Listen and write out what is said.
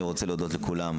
אני רוצה להודות לכולם.